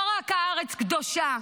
לא רק הארץ קדושה,